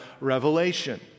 revelation